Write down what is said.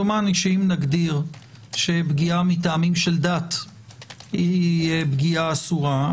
דומני שאם נגדיר שפגיעה מטעמים של דת היא פגיעה אסורה,